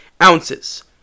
ounces